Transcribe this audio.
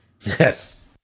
Yes